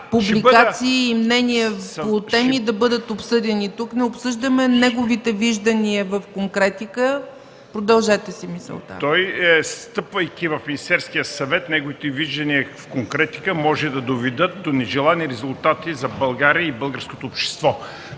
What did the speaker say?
публикации и мнения по теми да бъдат обсъдени. Тук не обсъждаме неговите виждания в конкретика. Продължете си мисълта. ИВАН Н. ИВАНОВ: Встъпвайки в Министерския съвет, неговите виждания и конкретика може да доведат до нежелани резултати за България и българското общество.